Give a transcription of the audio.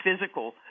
physical